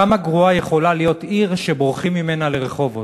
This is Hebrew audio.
כמה גרועה יכולה להיות עיר שבורחים ממנה לרחובות?